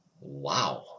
wow